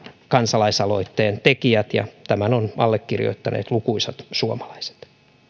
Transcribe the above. kansalaisaloitteen tekijät ja tämän ovat allekirjoittaneet lukuisat suomalaiset